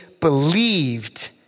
believed